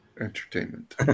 Entertainment